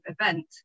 event